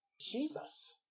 Jesus